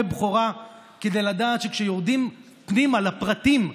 בכורה כדי לדעת שכשיורדים פנימה לפרטים,